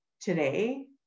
Today